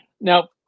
Now